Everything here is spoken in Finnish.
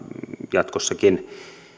jatkossakin